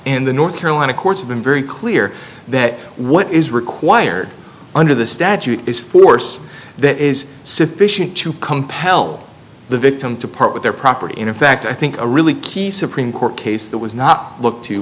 in the north carolina courts have been very clear that what is required under the statute is force that is sufficient to compel the victim to part with their property in effect i think a really key supreme court case that was not looked to